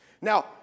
Now